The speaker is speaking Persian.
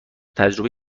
تجربه